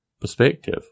perspective